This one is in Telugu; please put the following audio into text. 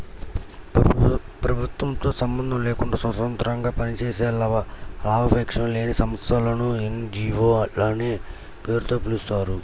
ప్రభుత్వంతో సంబంధం లేకుండా స్వతంత్రంగా పనిచేసే లాభాపేక్ష లేని సంస్థలను ఎన్.జీ.వో లనే పేరుతో పిలుస్తారు